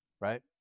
right